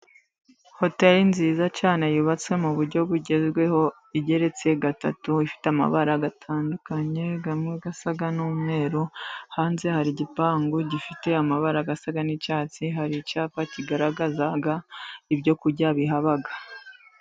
Hoteri nziza cyane, yubatse mu buryo bugezweho, igeretse gatatu, ifite amabara atandukanye, harimo asa n'umweru, hanze hari igipangu gifite amabara asa n'icyatsi, hari icyapa kigaragaza ibyo kurya bihaba.